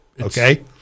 Okay